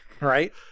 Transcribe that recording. right